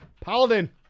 Paladin